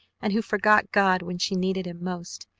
and who forgot god when she needed him most?